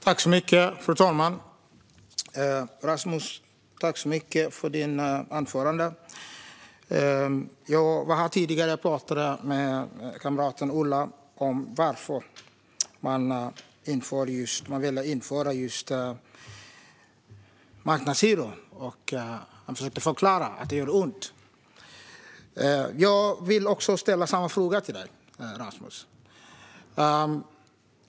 Fru talman! Tack så mycket för ditt anförande, Rasmus! Jag pratade tidigare med kamraten Ola om varför man väljer att införa just marknadshyror. Han försökte förklara att det gör ont. Jag vill ställa samma fråga till dig, Rasmus.